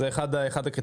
זה אחד הקריטריונים.